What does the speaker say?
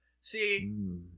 See